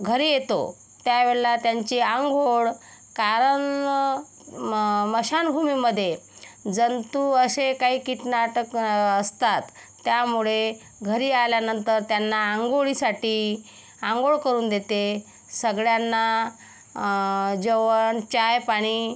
घरी येतो त्यावेळेला त्यांची अंघोळ कारण स्मशानभूमीमधे जंतू असे काही किटनाटक असतात त्यामुळे घरी आल्यानंतर त्यांना अंघोळीसाठी अंघोळ करून देते सगळ्यांना जेवण चायपाणी